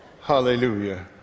Hallelujah